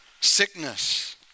sickness